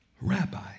rabbi